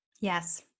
yes